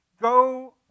Go